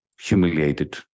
humiliated